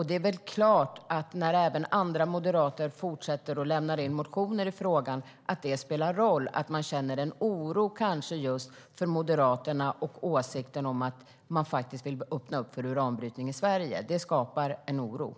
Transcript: Det är klart att det spelar roll när även andra moderater fortsätter med detta och lämnar in motioner i frågan och att man känner en oro kanske just för Moderaterna och deras åsikt om att öppna upp för uranbrytning i Sverige. Det skapar en oro.